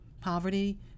Poverty